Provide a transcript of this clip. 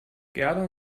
gerda